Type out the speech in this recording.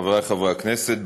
חברי חברי הכנסת,